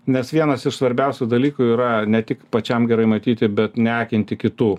nes vienas iš svarbiausių dalykų yra ne tik pačiam gerai matyti bet neakinti kitų